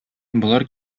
болар